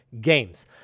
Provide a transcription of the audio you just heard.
games